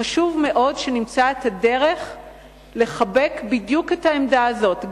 חשוב מאוד שנמצא את הדרך לחבק בדיוק את העמדה הזאת,